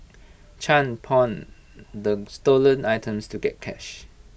chan pawned the stolen items to get cash